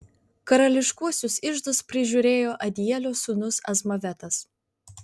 karališkuosius iždus prižiūrėjo adielio sūnus azmavetas